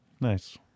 nice